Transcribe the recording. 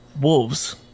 Wolves